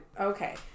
Okay